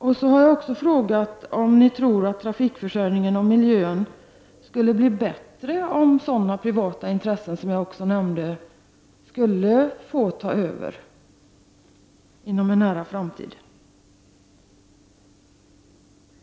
Så ställde jag även en fråga om ni tror att trafikförsörjningen och miljön skulle bli bättre om sådana privata intressen som jag nämnde skulle få ta över inom en nära framtid.